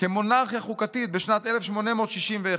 כמונרכיה חוקתית בשנת 1861,